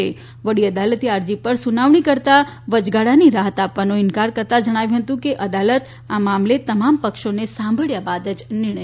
કાલે વડી અદાલતે આ અરજી પર સુનાવણી કરતા વચગાળાની રાહત આપવાનો ઇન્કાર કરતા જણાવ્યું હતું કે અદાલત આ મામલે તમામ પક્ષોને સાંભબ્યા બાદ જ નિર્ણય કરશે